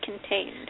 contained